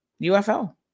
UFO